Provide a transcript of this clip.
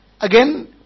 Again